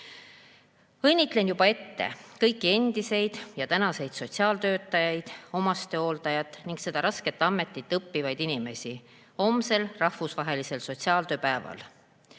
tõttu. Õnnitlen juba ette kõiki endiseid ja praeguseid sotsiaaltöötajaid, omastehooldajaid ning seda rasket ametit õppivaid inimesi homse rahvusvahelise sotsiaaltööpäeva